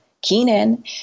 Keenan